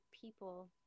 people